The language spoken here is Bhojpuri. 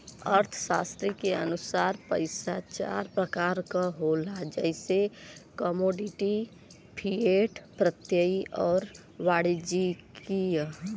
अर्थशास्त्री के अनुसार पइसा चार प्रकार क होला जइसे कमोडिटी, फिएट, प्रत्ययी आउर वाणिज्यिक